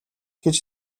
гэж